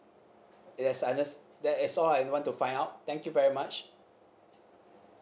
yes I under~ that's all I want to find out thank you very much